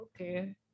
okay